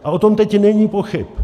A o tom teď není pochyb.